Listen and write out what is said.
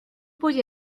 voy